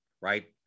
right